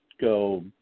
go